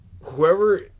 Whoever